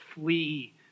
flee